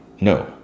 no